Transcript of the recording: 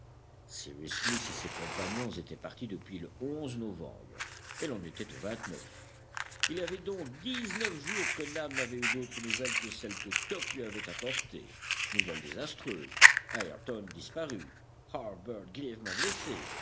smith et ses compagnons étaient partis depuis le novembre et l'on était au il y avait donc dix-neuf jours que nab n'avait eu d'autres nouvelles que celles que top lui avait apportées nouvelles désastreuses ayrton disparu harbert grièvement blessé